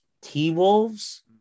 T-Wolves